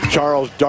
Charles